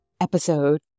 episode